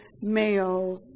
Mayo